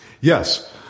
yes